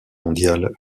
mondiale